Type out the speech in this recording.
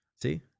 See